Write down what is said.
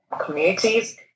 communities